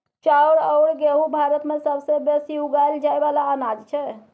चाउर अउर गहुँम भारत मे सबसे बेसी उगाएल जाए वाला अनाज छै